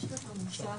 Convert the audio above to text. הישיבה ננעלה בשעה